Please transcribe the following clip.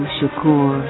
Shakur